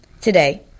today